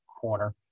corner